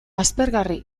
aspergarri